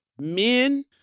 men